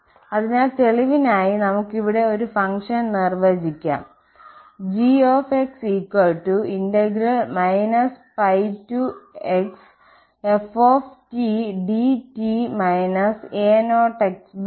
അതിനാൽ തെളിവിനായി നമുക്ക് ഇവിടെ ഒരു ഫംഗ്ഷൻ നിർവചിക്കാം g xf dt∧ a0 x 2